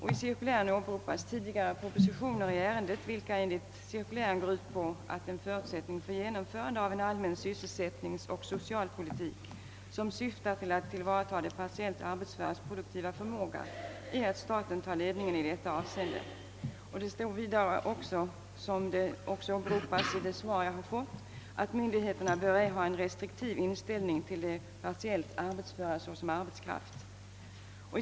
I cirkulären åberopas tidigare propositioner i ärendet, vilka säges gå ut på att en förutsättning för genomförande av en allmän sysselsättningsoch socialpolitik, som siktar till att tillvarata de partiellt arbetsföras produktiva förmåga, är att staten tar ledningen i detta avseende. Det framhålles vidare — vilket också åberopas i svaret — att myndigheterna ej bör ha en restriktiv inställning till de partiellt arbetsföra som arbetskraft.